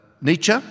Nietzsche